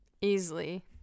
easily